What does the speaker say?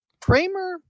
Kramer